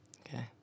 Okay